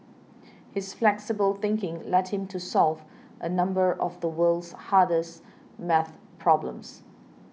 his flexible thinking led him to solve a number of the world's hardest math problems